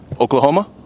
Oklahoma